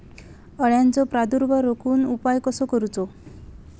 अळ्यांचो प्रादुर्भाव रोखुक उपाय कसो करूचो?